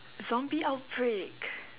zombie outbreak